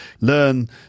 learn